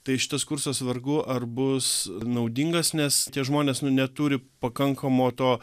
tai šitas kursas vargu ar bus naudingas nes tie žmonės nu neturi pakankamo to